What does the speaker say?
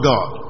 God